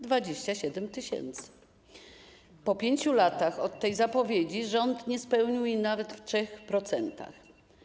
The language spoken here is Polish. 27 tys. Po 5 latach od tej zapowiedzi rząd nie spełnił jej nawet w 3%.